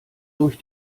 durch